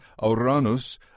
Auranus